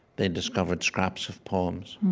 they discovered scraps of poems.